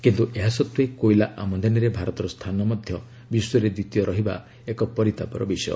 କିନ୍ତୁ ଏହା ସତ୍ତ୍ୱେ କୋଇଲା ଆମଦାନୀରେ ଭାରତର ସ୍ଥାନ ବିଶ୍ୱରେ ଦ୍ୱିତୀୟ ରହିବା ଏକ ପରିତାପର ବିଷୟ